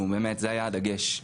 זה היה הדגש.